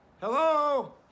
Hello